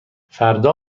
فردا